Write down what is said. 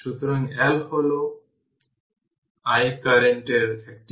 সুতরাং i t vtr